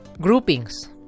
Groupings